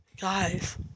Guys